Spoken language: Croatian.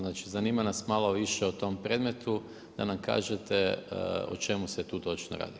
Znači zanima nas malo više o tom predmetu, da nam kažete o čemu se tu točno radi.